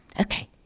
Okay